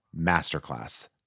Masterclass